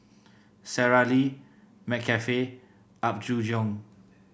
Sara Lee McCafe Apgujeong